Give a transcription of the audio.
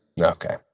Okay